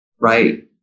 right